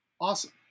Awesome